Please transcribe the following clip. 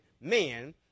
men